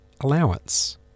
allowance